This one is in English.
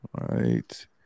right